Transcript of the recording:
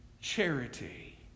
charity